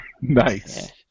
Nice